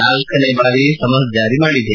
ನಾಲ್ಲನೇ ಬಾರಿ ಸಮನ್ಸ್ ಜಾರಿ ಮಾಡಿದೆ